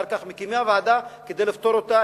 ואחר כך מקימה ועדה כדי לפתור אותה.